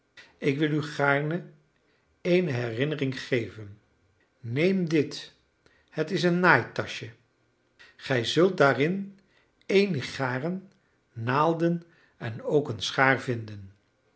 ik wilde u gaarne eene herinnering geven neem dit het is een naaitaschje gij zult daarin eenig garen naalden en ook een schaar vinden